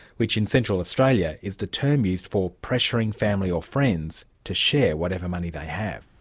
which in central australia, is the term used for pressuring family or friends to share whatever money they have.